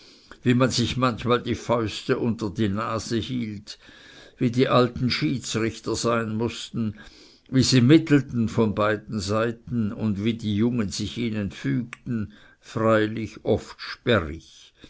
wie man sich manchmal die fäuste unter die nase hielt wie die alten schiedsrichter sein mußten wie sie mittelten von beiden seiten und wie die jungen sich ihnen fügten freilich oft sperrig